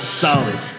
solid